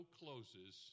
closes